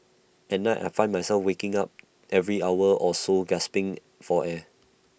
at night I found myself waking up every hour or so gasping for air